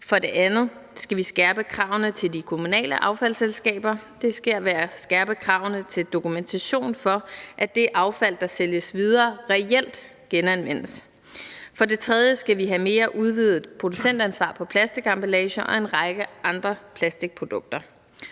For det andet skal vi skærpe kravene til de kommunale affaldsselskaber; det sker ved at skærpe kravene til dokumentation for, at det affald, der sælges videre, reelt genanvendes. For det tredje skal vi have mere udvidet producentansvar på plastikemballage og en række andre plastikprodukter.